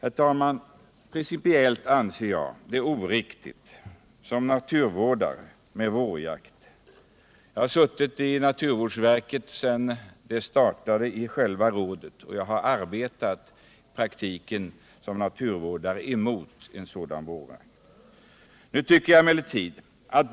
Som naturvårdare anser jag det vara principiellt oriktigt med vårjakt. Jag har suttit i naturvårdsverket sedan detta startade, och jag har i praktiken som naturvårdare arbetat mot vårjakten.